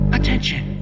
Attention